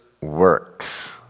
works